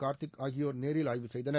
கார்த்திக் ஆகியோர் நேரில் ஆய்வு செய்தனர்